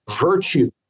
Virtue